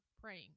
praying